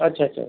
अच्छा अच्छा